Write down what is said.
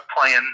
playing